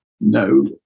no